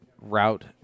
route